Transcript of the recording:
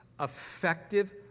effective